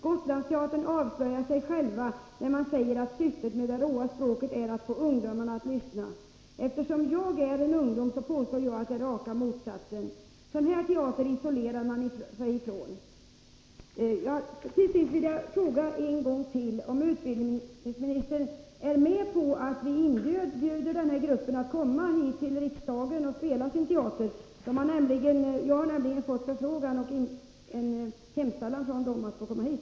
Gotlandsteatern avslöjar sig själva när man säger att syftet med det råa språket är att få ungdomarna att lyssna. Eftersom jag är en ungdom så påstår jag att det är raka motsatsen. Sådan här teater isolerar man sig ifrån.” Till sist vill jag fråga en gång till om kulturministern är med på att vi inbjuder den här gruppen hit till riksdagen för att här spela sin teaterföreställning. Jag har nämligen fått en förfrågan från den här teatergruppen där den undrar om den kan få komma hit.